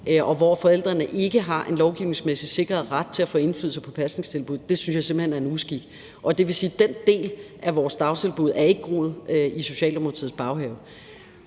og hvor forældrene ikke har en lovgivningsmæssigt sikret ret til at få indflydelse på pasningstilbuddet, synes jeg simpelt hen er en uskik. Og det vil sige, at den del af vores dagtilbud ikke har groet i Socialdemokratiets baghave.